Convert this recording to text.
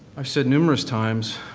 i've said numerous times,